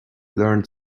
learned